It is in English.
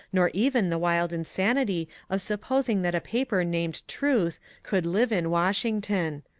nor even the wild insanity of supposing that a paper named truth could live in washington.